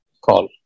call